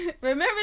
Remember